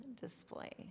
display